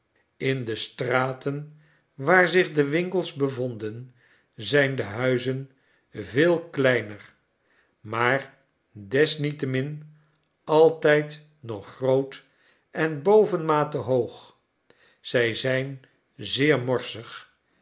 in de straten waar zich de winkels bevonden zijn de huizen veel kleiner maar desniettemin altiid nog groot en bovenmate hoog zij zijn zeer morsig